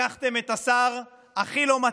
לקחתם את השר הכי לא מתאים,